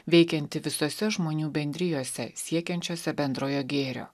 veikianti visose žmonių bendrijose siekiančiose bendrojo gėrio